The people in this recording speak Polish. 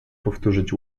powtórzyć